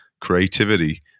creativity